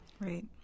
right